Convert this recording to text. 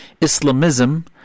Islamism